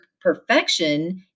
perfection